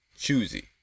choosy